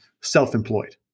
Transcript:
self-employed